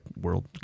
world